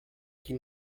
quin